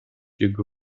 jego